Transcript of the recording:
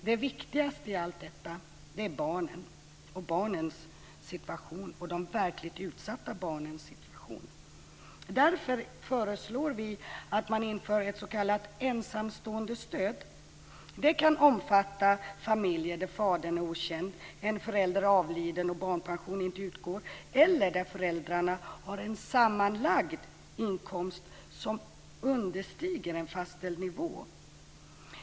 Det viktigaste i allt detta är barnen, barnens situation och de verkligt utsatta barnens situation. Därför föreslår vi att man inför ett s.k. ensamståendestöd. Det kan omfatta familjer där fadern är okänd, en förälder avliden och barnpension inte utgår, eller där föräldrarna har en sammanlagd inkomst som understiger en fastställd nivå.